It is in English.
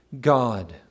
God